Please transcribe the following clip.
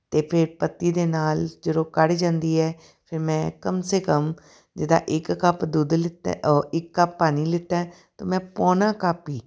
ਅਤੇ ਫਿਰ ਪੱਤੀ ਦੇ ਨਾਲ ਜਦੋਂ ਕੜ੍ਹ ਜਾਂਦੀ ਹੈ ਫਿਰ ਮੈਂ ਕਮ ਸੇ ਕਮ ਜਿੱਦਾਂ ਇੱਕ ਕੱਪ ਦੁੱਧ ਲਿਆ ਇੱਕ ਕੱਪ ਪਾਣੀ ਲਿਆ ਤਾਂ ਮੈਂ ਪੌਣਾ ਕੱਪ ਹੀ